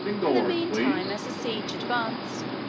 in the mean time, as the siege advanced,